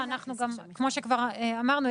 כמו שכבר אמרנו,